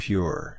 Pure